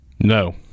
No